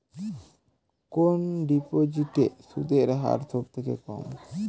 কোন ডিপোজিটে সুদের হার সবথেকে কম?